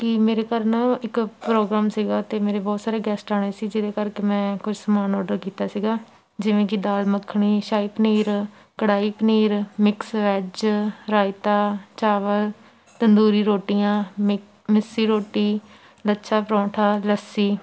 ਕਿ ਮੇਰੇ ਘਰ ਨਾ ਇੱਕ ਪ੍ਰੋਗਰਾਮ ਸੀਗਾ ਅਤੇ ਮੇਰੇ ਬਹੁਤ ਸਾਰੇ ਗੈਸਟ ਆਉਣੇ ਸੀ ਜਿਹਦੇ ਕਰਕੇ ਮੈਂ ਕੁਛ ਸਮਾਨ ਔਡਰ ਕੀਤਾ ਸੀਗਾ ਜਿਵੇਂ ਕਿ ਦਾਲ ਮੱਖਣੀ ਸ਼ਾਹੀ ਪਨੀਰ ਕੜਾਈ ਪਨੀਰ ਮਿਕਸ ਵੈੱਜ ਰਾਇਤਾ ਚਾਵਲ ਤੰਦੂਰੀ ਰੋਟੀਆਂ ਮਿ ਮਿੱਸੀ ਰੋਟੀ ਲੱਛਾ ਪਰੌਂਠਾ ਲੱਸੀ